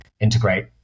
integrate